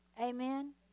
Amen